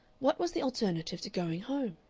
what was the alternative to going home?